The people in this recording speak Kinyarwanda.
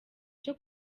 cyo